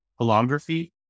holography